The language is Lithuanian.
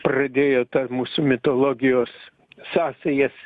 pradėjo tą mūsų mitologijos sąsajas